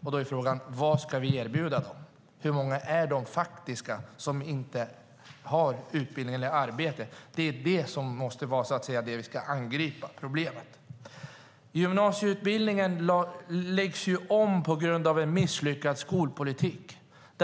Då är frågan vad vi ska erbjuda dem. Hur många är det faktiskt som inte har utbildning eller arbete? Där har vi det problem vi måste angripa. Gymnasieutbildningen läggs om på grund av en misslyckad skolpolitik.